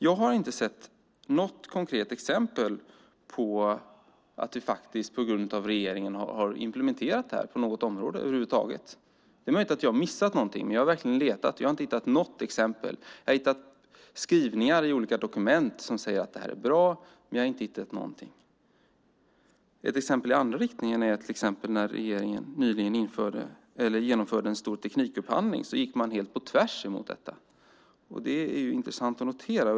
Jag har inte sett något konkret exempel på att vi på grund av regeringen har implementerat det här på något område över huvud taget. Det är möjligt att jag har missat något, men jag har verkligen letat. Jag har inte hittat något exempel. Jag har hittat skrivningar i olika dokument som säger att det här är bra, men jag har inte hittat någonting. Ett exempel i andra riktningen är när regeringen nyligen genomförde en stor teknikupphandling. Då gick man helt på tvärs mot detta. Det är intressant att notera.